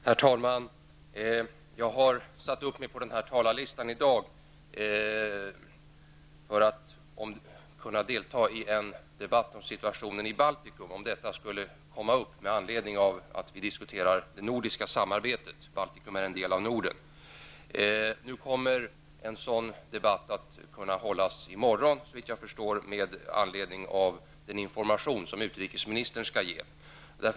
Herr talman! Jag har satt upp mig på dagens talarlista för att kunna delta i en debatt om situationen i Baltikum. Vi diskuterar det nordiska samarbetet, och Baltikum är en del av Norden. Nu kommer, såvitt jag förstår, en sådan debatt att hållas i morgon i samband med den information om läget i Baltikum som utrikesministern skall lämna.